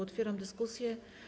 Otwieram dyskusję.